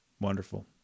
Wonderful